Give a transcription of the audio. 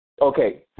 Okay